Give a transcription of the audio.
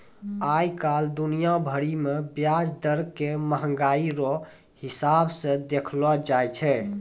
आइ काल्हि दुनिया भरि मे ब्याज दर के मंहगाइ रो हिसाब से देखलो जाय छै